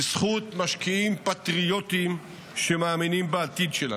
בזכות משקיעים פטריוטים שמאמינים בעתיד שלנו.